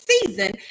season